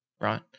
right